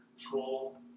control